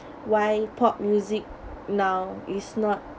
why pop music now is not